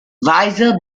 visor